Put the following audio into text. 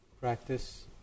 practice